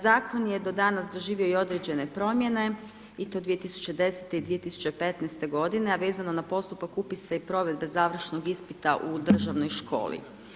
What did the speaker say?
Zakon je do danas doživio i određene promjene i to 2010. i 2015. godine, a vezano na postupak upisa i provedbe završnog ispita u Državnoj školi.